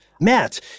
Matt